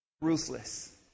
ruthless